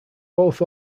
both